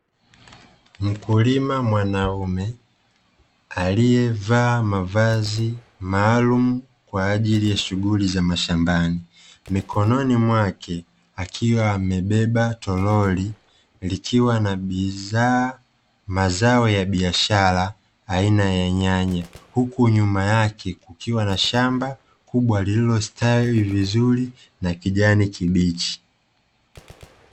Mkulima mwanaume alievaa mavazi maalumu kwa ajili ya shughuli za mashambani, mikononi mwake akiwa amebeba torori likiwa na bidhaa, mazao ya biashara aina ya nyanya, huku nyuma kukiwa na shamba kubwa lililo stawi vizuri na kijani kibichi.